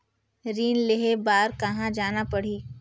ऋण लेहे बार कहा जाना पड़ही?